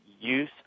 use